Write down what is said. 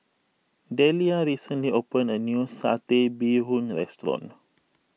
Dellia recently opened a new Satay Bee Hoon restaurant